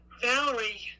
Valerie